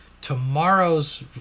Tomorrow's